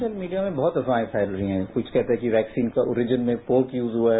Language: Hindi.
सोशल मीडिया में बहुत अफवाहें फैल रही हैं कुछ कहते हैं कि वैक्सीन के अॉरिजन में पोर्क यूज हुआ है